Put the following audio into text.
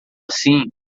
assim